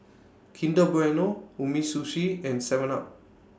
Kinder Bueno Umisushi and Seven up